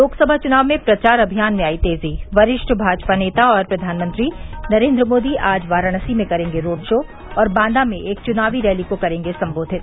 लोकसभा चुनाव में प्रचार अभियान में आई तेजी वरिष्ठ भाजपा नेता और प्रधानमंत्री नरेन्द्र मोदी आज वाराणसी में करेंगे रोड शो और बांदा में एक चुनावी रैली को करेंगे सम्बोधित